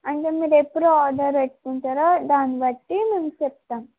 అంటే మీరు ఎప్పుడూ ఆర్డర్ పెట్టుకుంటారో దాన్ని బట్టి మేము చెప్తాం